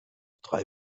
drei